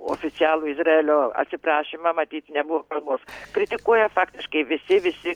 oficialų izraelio atsiprašymą matyt nebuvo progos kritikuoja faktiškai visi visi